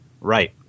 Right